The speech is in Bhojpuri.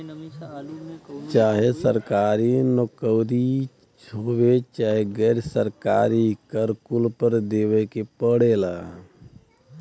चाहे सरकारी नउकरी होये चाहे गैर सरकारी कर कुल पर देवे के पड़ला